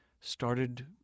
started